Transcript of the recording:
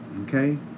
Okay